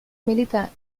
milita